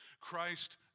Christ